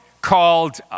called